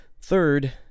Third